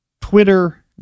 Twitter